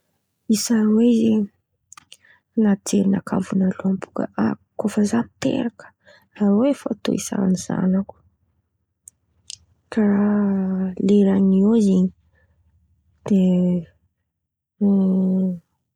Isa aroe zen̈y, an̈aty jerinakà vônaloan̈y bôka ha kô fa za teraka aroe fo atao isan̈y zanako karàha leran̈y eo zen̈y, de.